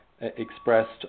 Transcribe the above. expressed